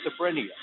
schizophrenia